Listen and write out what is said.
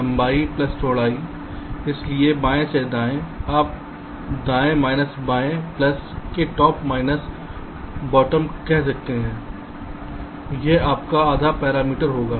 लंबाई प्लस चौड़ाई इसलिए बाएं से दाएं आप दाएं माइनस बाएं प्लस के टॉप माइनस बॉटमकह सकते हैं यह आपका आधा पैरामीटर होगा